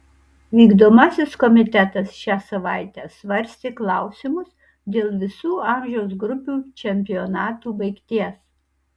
vykdomasis komitetas šią savaitę svarstė klausimus dėl visų amžiaus grupių čempionatų baigties